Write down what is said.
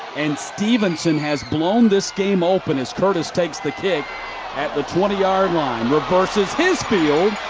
and stephenson has blown this game open as curtis takes the kick at the twenty yard line. reverses his field.